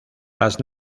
las